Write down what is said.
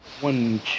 One